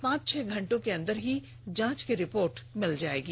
पांच छह घंटे के अंदर ही जांच की रिपोर्ट मिल जायेगी